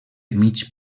mig